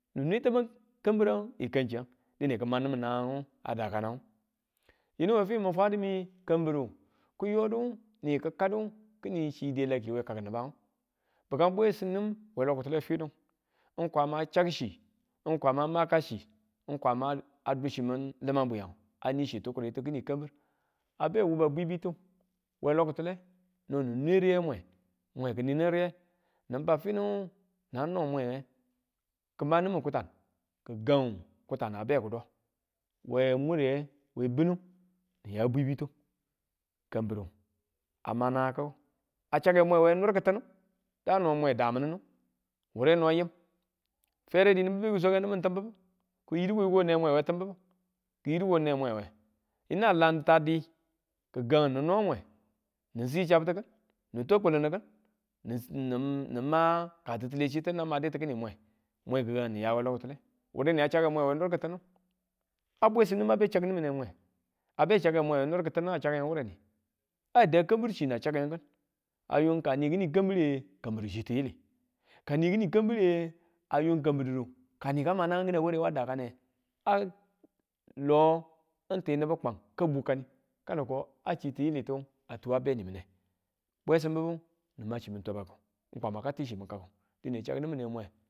Ni nwe tamang kambirag yi kang chiyang dine kima nimin naangu a dakanang, yinu we fi min fwadu mi kanbiru kiyodu ni ki kadu kini chi delaki we kaku nibangu bikam bwesim nim we lokule fine n kwama n chakchi n kwama maka chi n kwama du chimin limang bwiyana a ni chi tikuritu kini kambir a be wuba dwibitu we lo kitule no ninwe riye mwe mwe kini nu riye bau finu nan non mwenge ki ma nimin kutang gigangu kutana a be kido we mure we binu niya bwibitu kambiru a ma naang kiku a chake mwe we nir ki̱tinu daano mwe damininu wure no yim feredi nibu be ki swaka nimin tim bibu kiyidu koyiko ne mwe we tim bibu kiyidu ko ne mweye yina lanta di kigangu ni no mwe n sii chattu ki̱n ni twau kuluni ki̱n nin- si- nim- nin ma ka titile chitu nan madu kini mwe mwe kigangu niya we lokutile wureni a chake mwe we nir kituni a bwesinnimin a be chakki nimine mwe a be chakku mwe we nir ki̱ti̱n chakke n wureni a da kambir china a chake ki̱n a ying kani kini kambire kambir chi tiyili kani kini kambire a yung kambir didu kani ka ma naang kina ware wa dakane a lo n ti nibu kwang ka buu kani kano ko a chi tiyilitu a tuwa a benimine bwesim bibu nima chimin twabaku n kwama ka ti chimin kakku dine chakku nimine mwe.